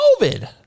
COVID